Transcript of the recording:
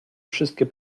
wszystkie